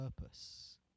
purpose